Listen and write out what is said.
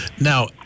Now